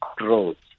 roads